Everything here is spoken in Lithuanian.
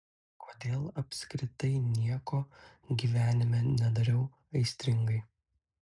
kodėl apskritai nieko gyvenime nedariau aistringai